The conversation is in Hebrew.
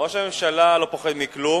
ראש הממשלה לא פוחד מכלום.